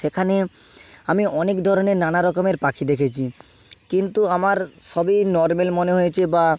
সেখানে আমি অনেক ধরনের নানা রকমের পাখি দেখেছি কিন্তু আমার সবই নরমাল মনে হয়েছে বা